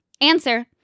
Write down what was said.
answer